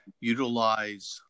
utilize